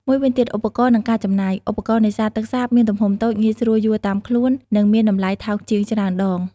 មួយទៀតគឺ ឧបករណ៍ និងការចំណាយ។ ឧបករណ៍នេសាទទឹកសាបមានទំហំតូច ងាយស្រួលយួរតាមខ្លួន និងមានតម្លៃថោកជាងច្រើនដង។